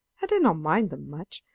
i did not mind them much,